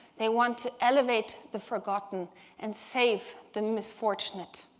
they want to elevate the forgotten and save the misfortunate.